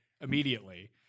immediately